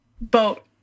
boat